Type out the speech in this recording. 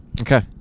Okay